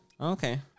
Okay